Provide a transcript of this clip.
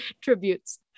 tributes